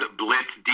blitz